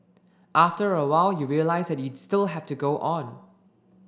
after a while you realise that you still have to go on